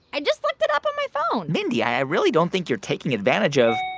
i just looked it up on my phone mindy, i really don't think you're taking advantage of.